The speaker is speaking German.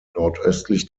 nordöstlich